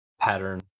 pattern